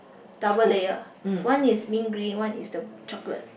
double layer one is mint green one is the chocolate